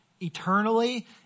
eternally